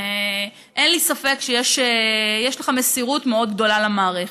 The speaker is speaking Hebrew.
אין לי ספק שיש לך מסירות מאוד גדולה למערכת,